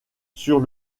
sur